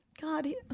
God